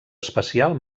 especial